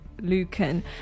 lucan